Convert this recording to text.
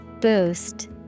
Boost